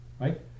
right